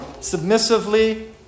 submissively